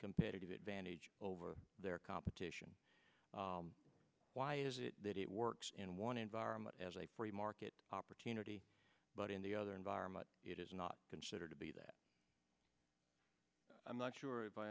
competitive advantage over their competition why is it that it works in one environment as a free market opportunity but in the other environment it is not considered to be that i'm not sure i